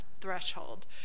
threshold